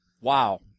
Wow